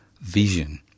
vision